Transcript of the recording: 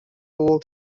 full